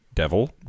devil